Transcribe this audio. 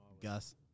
Gus